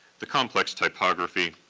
the complex typography,